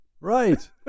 right